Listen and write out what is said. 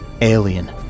alien